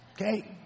Okay